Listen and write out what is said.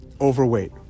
overweight